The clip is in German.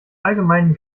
allgemeinen